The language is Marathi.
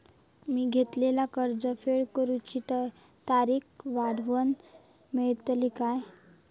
मी घेतलाला कर्ज फेड करूची तारिक वाढवन मेलतली काय?